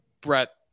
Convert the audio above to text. Brett